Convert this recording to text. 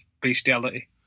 bestiality